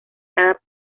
cada